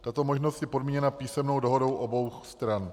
Tato možnost je podmíněna písemnou dohodou obou stran.